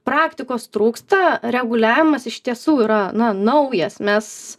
praktikos trūksta reguliavimas iš tiesų yra na naujas mes